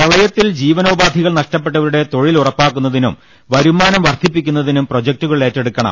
പ്രളയത്തിൽ ജീവനോപാധികൾ നഷ്ടപ്പെട്ടവരുടെ തൊഴിൽ ഉറപ്പാക്കുന്നതിനും വരുമാനം വർദ്ധിപ്പിക്കുന്ന തിനും പ്രൊജക്ടുകൾ ഏറ്റെടുക്കണം